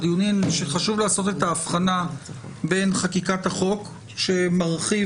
חשוב לעשות את ההבחנה בין חקיקת החוק שמרחיב